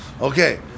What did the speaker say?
okay